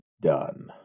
done